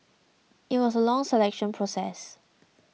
it was a long selection process